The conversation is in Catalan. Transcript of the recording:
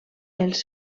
els